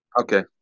Okay